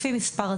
לפי מספר התיק.